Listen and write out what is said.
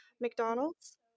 McDonald's